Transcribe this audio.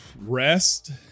rest